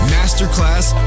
Masterclass